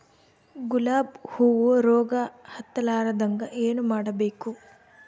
ಗುಲಾಬ್ ಹೂವು ರೋಗ ಹತ್ತಲಾರದಂಗ ಏನು ಮಾಡಬೇಕು?